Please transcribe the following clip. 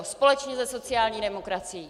Společně se sociální demokracií.